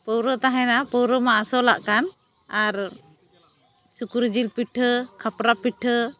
ᱯᱟᱹᱣᱨᱟ ᱛᱟᱦᱮᱱᱟ ᱯᱟᱹᱣᱨᱟᱹ ᱢᱟ ᱟᱥᱚᱞᱟᱜᱠᱟᱱ ᱟᱨ ᱥᱩᱠᱨᱤ ᱡᱤᱞ ᱯᱤᱴᱷᱟᱹ ᱠᱷᱟᱯᱨᱟ ᱯᱤᱴᱷᱟᱹ